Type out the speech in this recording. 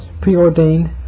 preordained